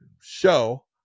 show